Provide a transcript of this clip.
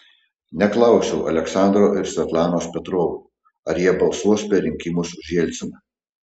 neklausiau aleksandro ir svetlanos petrovų ar jie balsuos per rinkimus už jelciną